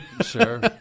sure